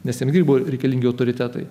nes ten irgi buvo reikalingi autoritetai